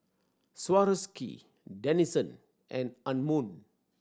Swarovski Denizen and Anmum